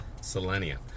Selenium